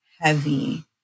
heavy